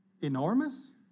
enormous